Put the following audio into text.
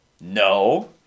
No